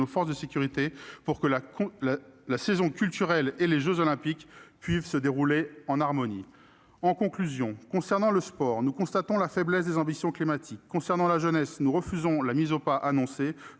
forces de sécurité pour que saison culturelle et jeux puissent se dérouler en harmonie. Pour conclure, s'agissant du sport, nous constatons la faiblesse des ambitions climatiques ; s'agissant de la jeunesse, nous refusons la mise au pas annoncée